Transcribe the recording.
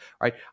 right